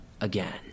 again